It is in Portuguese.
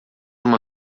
uma